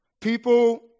People